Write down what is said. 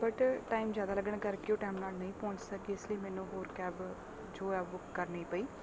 but time ਜ਼ਿਆਦਾ ਲੱਗਣ ਕਰਕੇ ਉਹ ਟਾਈਮ ਨਾਲ ਨਹੀਂ ਪਹੁੰਚ ਸਕੀ ਇਸ ਲਈ ਮੈਨੂੰ ਹੋਰ ਕੈਬ ਜੋ ਹੈ ਬੁੱਕ ਕਰਨੀ ਪਈ